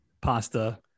pasta